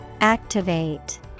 Activate